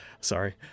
Sorry